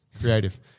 Creative